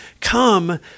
come